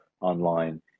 online